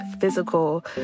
physical